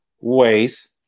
ways